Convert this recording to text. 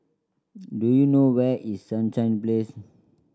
do you know where is Sunshine Place